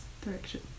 direction